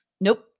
Nope